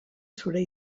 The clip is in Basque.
zure